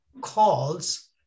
calls